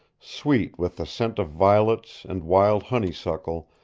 sweet with the scent of violets and wild honey-suckle,